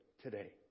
today